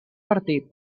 partit